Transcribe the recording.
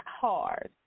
hard